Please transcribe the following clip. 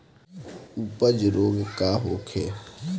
अपच रोग का होखे?